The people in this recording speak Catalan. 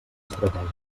estratègia